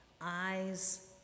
Eyes